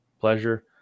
pleasure